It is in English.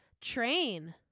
Train